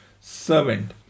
servant